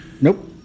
Nope